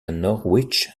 norwich